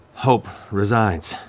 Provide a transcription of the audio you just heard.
hope resides.